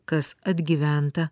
kas atgyventa